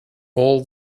all